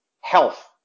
health